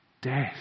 Death